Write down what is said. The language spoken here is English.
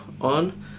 on